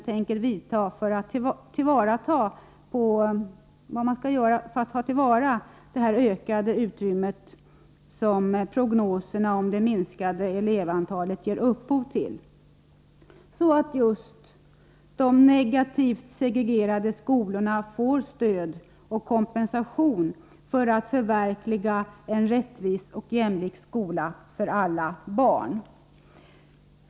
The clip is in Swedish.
Så till det svar som jag har fått av Bengt Göransson på min interpellation.